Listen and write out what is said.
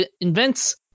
invents